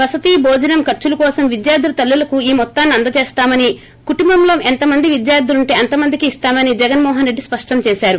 వసతి భోజనం ఖర్చుల కోసం విద్యార్ధుల తల్లులకు అందిస్తామని కుటుంబంలో ఎంతమంది విద్యార్ధులుంటే అంతమందికి ఇస్తామని జగన్మోహన్ రెడ్డి స్పష్టంచేశారు